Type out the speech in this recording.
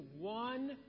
one